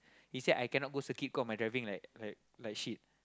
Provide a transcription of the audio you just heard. he said I cannot go circuit cause my driving like like like shit